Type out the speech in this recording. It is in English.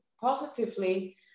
positively